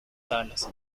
salas